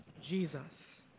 Jesus